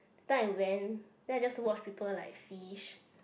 then I went then I just watch people like fish